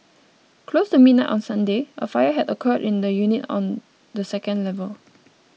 close to midnight on Sunday a fire had occurred in a unit on the second level